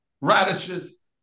Radishes